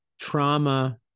trauma